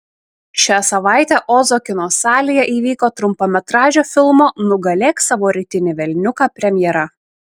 šią savaitę ozo kino salėje įvyko trumpametražio filmo nugalėk savo rytinį velniuką premjera